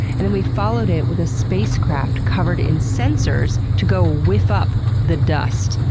and then we followed it with a spacecraft covered in sensors to go whiff up the dust.